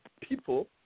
people